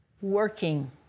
working